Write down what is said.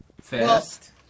Fast